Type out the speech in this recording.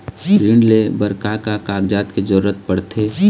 ऋण ले बर का का कागजात के जरूरत पड़थे?